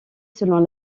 selon